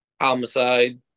Homicide